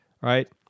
Right